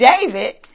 David